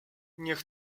niech